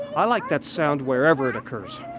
i like that sound wherever it occurs.